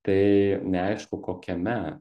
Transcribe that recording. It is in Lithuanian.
tai neaišku kokiame